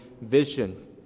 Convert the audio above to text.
vision